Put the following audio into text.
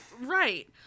Right